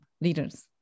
leaders